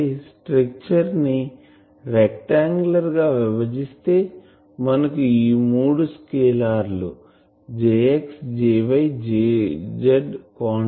అయితే స్ట్రక్చర్ ని రెక్టాన్గలూర్ గా విభజిస్తే మనకు ఈ మూడు scalar J x J y Jz quantity లు లభిస్తాయి